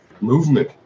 movement